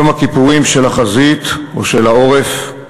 יום הכיפורים של החזית ושל העורף,